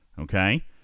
Okay